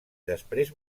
després